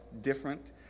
different